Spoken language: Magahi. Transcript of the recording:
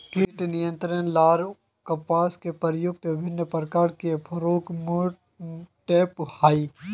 कीट नियंत्रण ला कपास में प्रयुक्त विभिन्न प्रकार के फेरोमोनटैप होई?